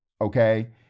Okay